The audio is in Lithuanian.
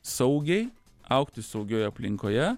saugiai augti saugioj aplinkoje